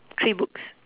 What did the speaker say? three books